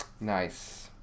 Nice